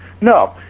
No